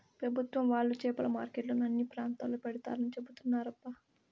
పెభుత్వం వాళ్ళు చేపల మార్కెట్లను అన్ని ప్రాంతాల్లో పెడతారని చెబుతున్నారబ్బా